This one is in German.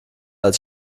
als